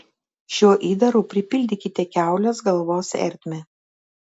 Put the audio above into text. šiuo įdaru pripildykite kiaulės galvos ertmę